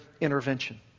intervention